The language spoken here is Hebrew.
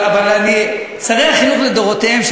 שרי החינוך לדורותיהם,